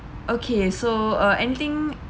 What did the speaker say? okay so uh anything